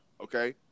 okay